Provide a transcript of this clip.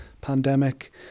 pandemic